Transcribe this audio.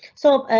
so, ah,